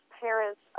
parents